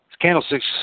candlesticks